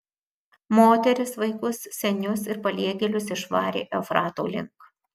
moteris vaikus senius ir paliegėlius išvarė eufrato link